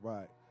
Right